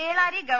ചേളാരി ഗവ